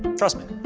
trust me!